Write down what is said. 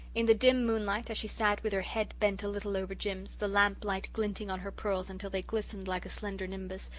in the dim moonlight, as she sat with her head bent a little over jims, the lamplight glinting on her pearls until they glistened like a slender nimbus,